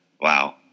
wow